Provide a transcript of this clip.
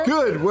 Good